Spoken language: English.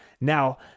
now